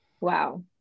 wow